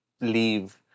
leave